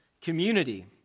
community